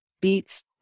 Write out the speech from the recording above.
beats